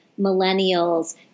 millennials